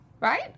right